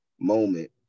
moment